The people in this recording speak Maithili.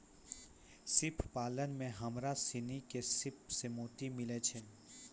सिप पालन में हमरा सिनी के सिप सें मोती मिलय छै